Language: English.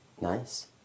Nice